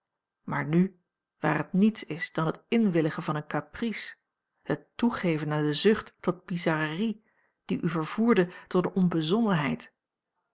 maar nu waar het niets is dan het inwilligen van een caprice het toegeven aan de zucht tot bizarrerie die u vervoerde tot